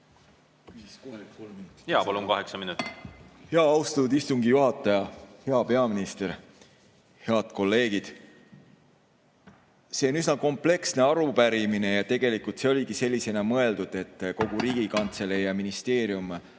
palun! Palun, kaheksa minutit. Austatud istungi juhataja! Hea peaminister! Head kolleegid! See on üsna kompleksne arupärimine ja tegelikult see oligi sellisena mõeldud, et kogu Riigikantselei ja ministeerium